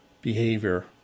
behavior